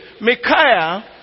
Micaiah